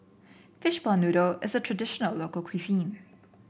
Fishball Noodle is a traditional local cuisine